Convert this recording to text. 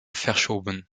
verschoben